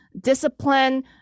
discipline